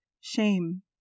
Shame